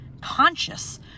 conscious